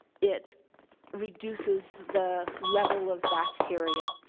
it reduces the level of bacteria.